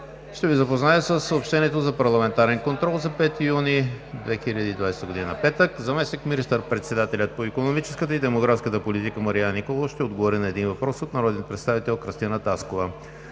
Ще Ви запозная със съобщенията за парламентарен контрол за 5 юни 2020 г. – петък. 1. Заместник министър-председателят по икономическата и демографската политика Марияна Николова ще отговори на един въпрос от народния представител Кръстина Таскова.